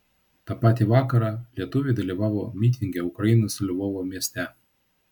tą patį vakarą lietuviai dalyvavo mitinge ukrainos lvovo mieste